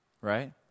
Right